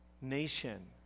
nation